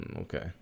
Okay